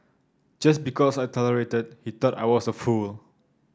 just because I tolerated he thought I was a fool